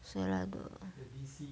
谁来的